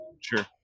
sure